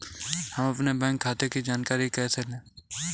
हम अपने बैंक खाते की जानकारी कैसे लें?